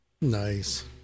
Nice